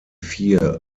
vier